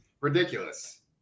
ridiculous